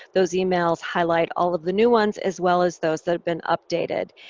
those emails highlight all of the new ones as well as those that have been updated.